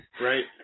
Right